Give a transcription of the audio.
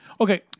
okay